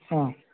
ಹಾಂ